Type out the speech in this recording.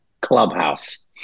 clubhouse